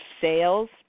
sales